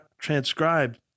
transcribed